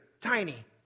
tiny